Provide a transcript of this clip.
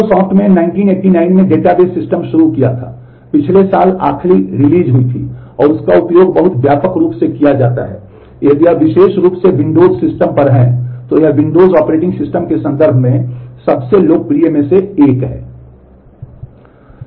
Microsoft ने 1989 में database system शुरू किया था पिछले साल आखिरी रिलीज़ हुई थी और इसका उपयोग बहुत व्यापक रूप से किया जाता है यदि आप विशेष रूप से विंडोज़ सिस्टम पर हैं तो यह विंडोज़ ऑपरेटिंग सिस्टम के संदर्भ में सबसे लोकप्रिय में से एक है